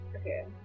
Okay